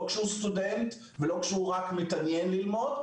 לא כשהוא סטודנט ולא כשהוא רק מתעניין ללמוד,